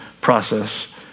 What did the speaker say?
process